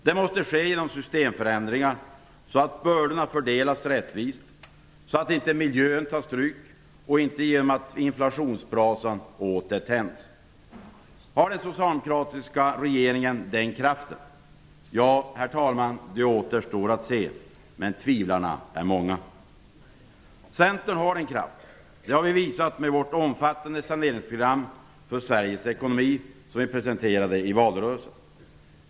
Det måste ske genom systemförändringar så att bördorna fördelas rättvist, så att miljön inte tar stryk, inte genom att inflationsbrasan åter tänds. Har den socialdemokratiska regeringen den kraften? Ja, herr talman, det återstår att se. Tvivlarna är många. Centern har den kraften. Det har vi visat med vårt omfattande saneringsprogram för Sveriges ekonomi, som vi presenterade i valrörelsen.